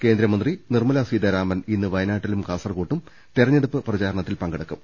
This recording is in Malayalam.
കേന്ദ്രമന്ത്രി നിർമ്മലാ സീതാരാമൻ ഇന്ന് വയനാട്ടിലും കാസർകോട്ടും തെരഞ്ഞെ ടുപ്പ് പ്രചാരണത്തിൽ പങ്കെടുക്കും